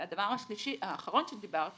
האחרון שדיברת